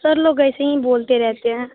sir लोग ऐसे ही बोलते रहते हैं